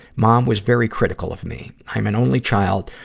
mom was very critical of me. i'm an only child,